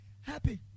happy